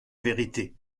vérité